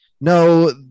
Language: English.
no